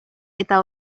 eta